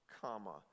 comma